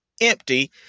empty